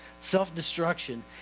self-destruction